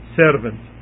servant